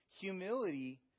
humility